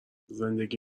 زندگی